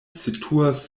situas